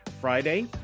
Friday